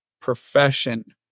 profession